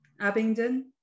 abingdon